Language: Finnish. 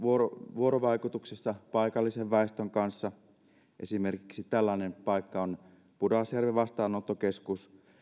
vuorovaikutuksessa paikallisen väestön kanssa tällainen paikka on esimerkiksi pudasjärven vastaanottokeskus